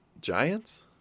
giants